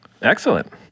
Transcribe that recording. Excellent